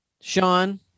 Sean